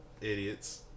Idiots